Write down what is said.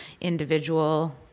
individual